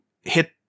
hit